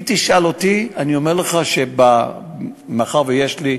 אם תשאל אותי, אני אומר לך שמאחר שיש לי,